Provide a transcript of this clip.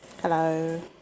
Hello